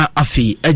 afi